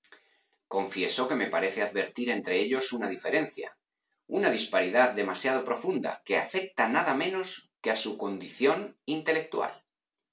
confieso que me parece advertir entre ellos una diferencia una disparidad demasiado profunda que afecta nada menos que a su condición intelectual